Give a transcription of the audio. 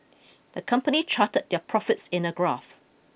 the company charted their profits in a graph